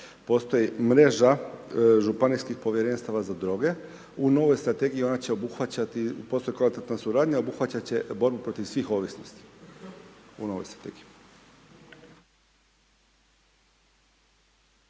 postoji mreža županijskih povjerenstava za droge, u novoj strategiji ona će obuhvaćati, postoji kvalitetna suradnja, obuhvaćat će borbu protiv svih ovisnosti u novoj strategiji.